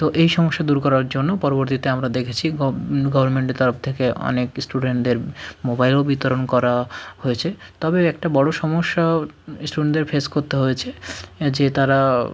তো এই সমস্যা দূর করার জন্য পরবর্তীতে আমরা দেখেছি গভ বিভিন্ন গভর্মেন্টের তরফ থেকে অনেক ইস্টুডেন্টদের মোবাইলও বিতরণ করা হয়েছে তবে একটা বড়ো সমস্যাও ইস্টুডেন্টদের ফেস করতে হয়েছে যে তারা